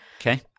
Okay